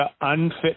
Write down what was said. unfit